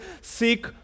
seek